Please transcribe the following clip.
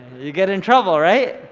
you get in trouble, right?